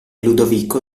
ludovico